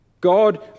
God